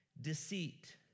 deceit